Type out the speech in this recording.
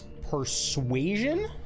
Persuasion